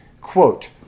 quote